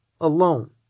alone